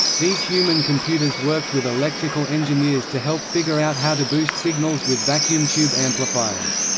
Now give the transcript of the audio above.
these human computers worked with electrical engineers to help figure out how to boost signals with vacuum tube amplifiers.